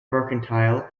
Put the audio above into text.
mercantile